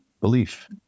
belief